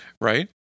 right